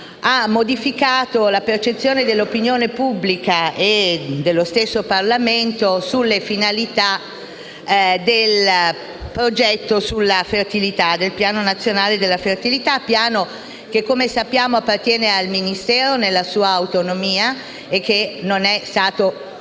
ha modificato la percezione dell'opinione pubblica e dello stesso Parlamento sulle finalità del progetto sulla fertilità, cioè del Piano nazionale per la fertilità, che come sappiamo appartiene al Ministero nella sua autonomia e che, come nel caso